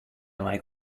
like